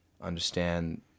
understand